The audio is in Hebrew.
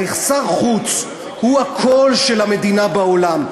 הרי שר חוץ הוא הקול של המדינה בעולם.